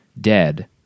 dead